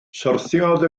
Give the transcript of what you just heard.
syrthiodd